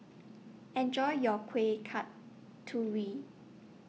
Enjoy your Kuih Kasturi